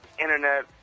internet